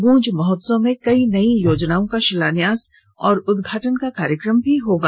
गूंज महोत्सव में कई नई योजनाओं का शिलान्यास और उद्घाटन का कार्यक्रम भी शामिल होगा